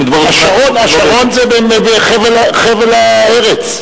"השרון" זה חבל ארץ.